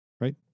right